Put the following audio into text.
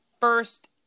first